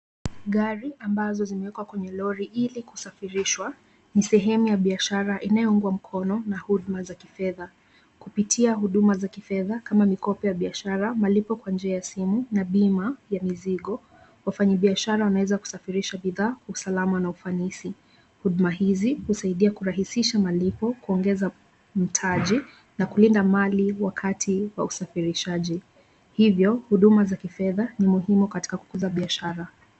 Gari ambazo zimewekwa kwenye lori ili kusafirishwa, ni sehemu ya biashara inayoungwa mkono na huduma za kifedha. Kupitia huduma za kifedha kama mikopo ya biashara, malipo kwa njia ya simu na bima ya mizigo, wafanyibiashara wanaweza kusafirisha bidhaa kwa usalama na ufanisi. Huduma hizi husaidia kurahisisha malipo, kuongeza mtaji na kulinda mali wakati wa usafirishaji. Hivyo huduma za kifedha ni muhimu katika kukuza biashara.